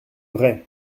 vrai